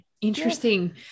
Interesting